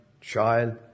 child